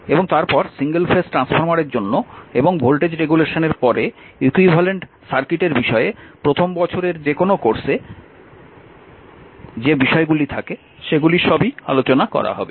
এবং তারপর single phase ট্রান্সফরমারের জন্য এবং ভোল্টেজ রেগুলেশনের পরে ইকুইভ্যালেন্ট সার্কিটের বিষয়ে প্রথম বছরের যেকোনও কোর্সে যে বিষয়গুলি থাকে সেগুলি সবই আলোচনা করা হবে